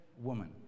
woman